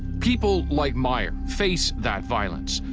people like meyer face that violence.